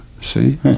See